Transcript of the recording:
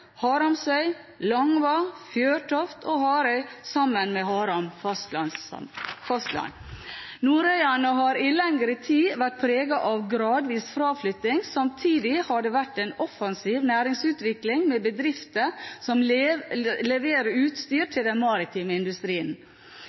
Haramsøy, Longva, Fjørtoft og Harøy sammen med Haram fastland. Nordøyane har i lengre tid vært preget av gradvis fraflytting. Samtidig har det vært en offensiv næringsutvikling, med bedrifter som leverer utstyr til den maritime industrien.